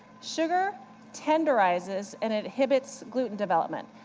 sugar tenderizes, and inhibits, gluten development.